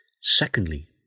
Secondly